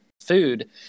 food